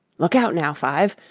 look out now, five!